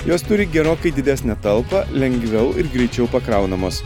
jos turi gerokai didesnę talpą lengviau ir greičiau pakraunamos